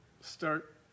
start